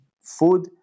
food